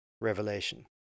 revelation